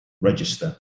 register